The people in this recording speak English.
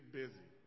busy